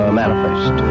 manifest